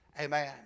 Amen